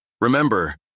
Remember